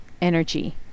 energy